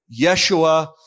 Yeshua